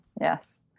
Yes